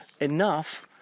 enough